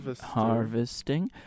Harvesting